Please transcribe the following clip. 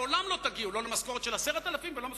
לעולם לא תגיעו לא למשכורת של 10,000 ולא למשכורת,